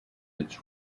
its